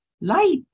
light